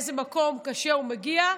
מאיזה מקום קשה הוא מגיע,